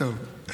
טוב.